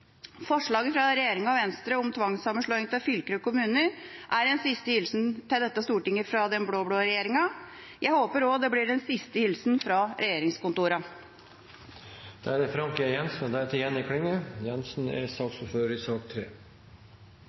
Forslaget fra regjeringa og Venstre om tvangssammenslåing av fylker og kommuner er en siste hilsen til dette stortinget fra den blå-blå regjeringa. Jeg håper også det blir den siste hilsenen fra regjeringskontorene. Det er litt forunderlig å høre hvordan både Tingelstad Wøien og senterpartilederen, representanten Slagsvold Vedum, omtaler kommunereformen i